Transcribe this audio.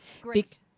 Great